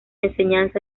enseñanza